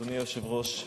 אדוני היושב-ראש,